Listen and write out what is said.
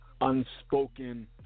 unspoken